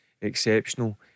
exceptional